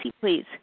please